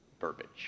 verbiage